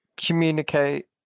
communicate